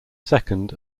second